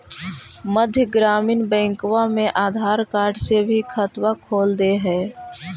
मध्य ग्रामीण बैंकवा मे आधार कार्ड से भी खतवा खोल दे है?